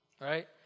right